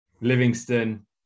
Livingston